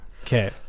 Okay